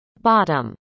Bottom